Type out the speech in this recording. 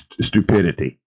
stupidity